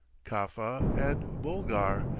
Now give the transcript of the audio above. kaffa, and bulgar,